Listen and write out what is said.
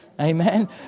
Amen